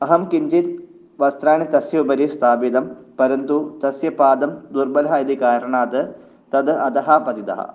अहं किञ्चित् वस्त्राणि तस्य उपरि स्थापितं परन्तु तस्य पादं दुर्बलः इति कारणात् तद् अधः पतितः